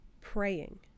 praying